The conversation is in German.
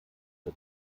zur